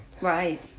right